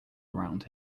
around